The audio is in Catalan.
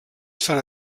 sant